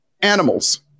animals